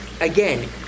again